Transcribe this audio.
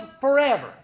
forever